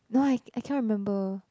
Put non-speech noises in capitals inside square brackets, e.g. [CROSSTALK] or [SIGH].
no I [NOISE] I cannot remember